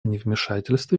невмешательства